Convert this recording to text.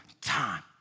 time